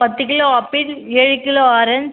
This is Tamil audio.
பத்து கிலோ ஆப்பிள் ஏழு கிலோ ஆரஞ்ச்